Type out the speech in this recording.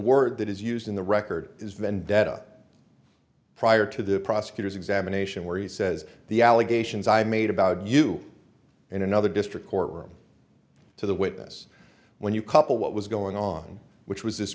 word that is used in the record is vendetta prior to the prosecutor's examination where he says the allegations i made about you in another district court room to the witness when you couple what was going on which was this